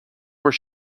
were